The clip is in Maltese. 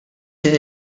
din